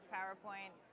PowerPoint